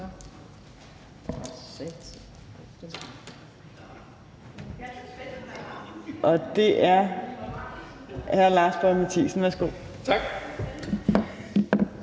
og det er hr. Lars Boje Mathiesen. Værsgo. Kl.